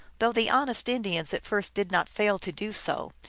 though the honest indians at first did not fail to do so,